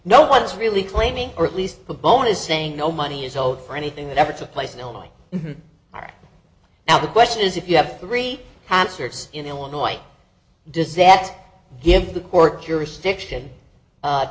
what's really claiming or at least the bone is saying no money is owed for anything that ever took place in illinois right now the question is if you have three cancers in illinois does that give the court jurisdiction